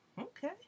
okay